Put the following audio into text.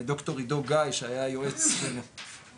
דוקטור עידו גיא שהיה יועץ META,